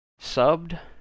subbed